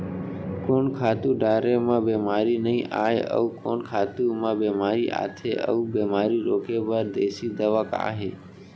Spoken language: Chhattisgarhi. कोन खातू डारे म बेमारी नई आये, अऊ कोन खातू म बेमारी आथे अऊ बेमारी रोके बर देसी दवा का हे?